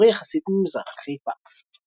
ומישורי יחסית ממזרח לחיפה.